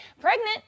pregnant